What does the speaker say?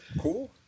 Cool